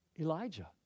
Elijah